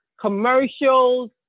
commercials